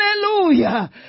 Hallelujah